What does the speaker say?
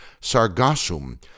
sargassum